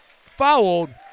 fouled